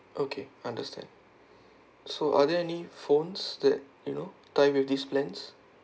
okay understand so are there any phones that you know tied with these plans